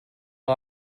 you